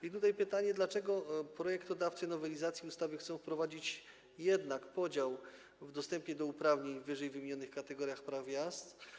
I tutaj pytanie: Dlaczego projektodawcy nowelizacji ustawy chcą wprowadzić jednak podział w dostępie do uprawnień w ww. kategoriach praw jazdy?